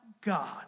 God